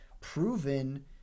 proven